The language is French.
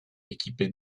équipées